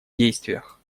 действиях